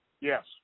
Yes